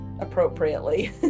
appropriately